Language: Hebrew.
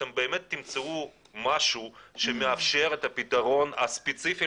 אתם באמת תמצאו משהו שמאפשר את הפתרון הספציפי